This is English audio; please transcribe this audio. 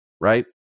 right